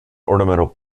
ornamental